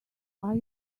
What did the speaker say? are